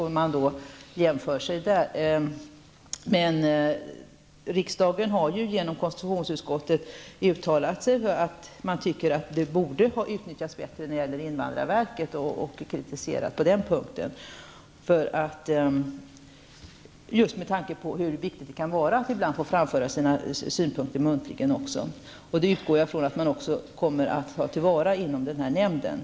Men riksdagen har genom konstitutionsutskottet uttalat att muntlig förhandling borde ha utnyttjats oftare inom invandrarverket och kritiserat verket på just den punkten med tanke på hur viktigt det kan vara att man också får framföra sina synpunkter muntligen. Jag utgår ifrån att man också inom denna nämnd kommer att ta till vara den möjligheten.